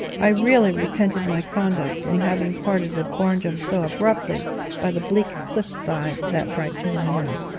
i really repented my conduct in having parted with barnjum so abruptly by the bleak cliff side, that bright june morning.